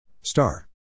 Star